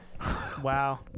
Wow